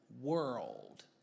world